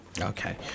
Okay